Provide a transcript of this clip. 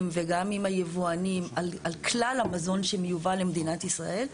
וגם עם היבואנים על כלל המזון שמיובא למדינת ישראל,